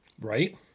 right